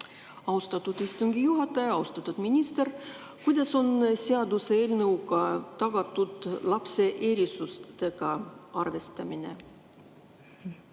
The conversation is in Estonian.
Austatud istungi juhataja! Austatud minister! Kuidas on seaduseelnõu kohaselt tagatud lapse erisustega arvestamine?